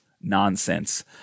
nonsense